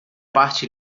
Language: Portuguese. parte